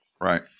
Right